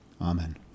Amen